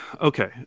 okay